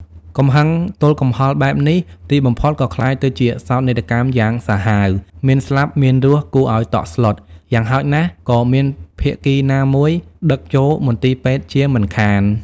កំហឹងទល់កំហល់បែបនេះ ទីបំផុតក៏ក្លាយទៅជាសោកនាដកម្មយ៉ាងសាហាវ មានស្លាប់មានរស់គួរឲ្យតក់ស្លុត យ៉ាងហោចណាស់ ក៏មានភាគីណាមួយដឹកចូលមន្ទីរពេទ្យជាមិនខាន ។